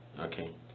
Okay